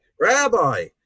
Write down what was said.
Rabbi